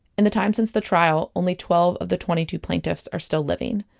in the time since the trial, only twelve of the twenty two plaintiffs are still living.